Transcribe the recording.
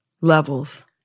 levels